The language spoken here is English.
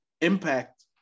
Impact